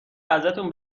ازتون